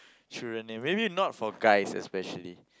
children name maybe not for guys especially